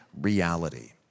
reality